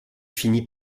finit